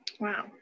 Wow